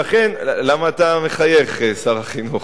למה אתה מחייך, שר החינוך?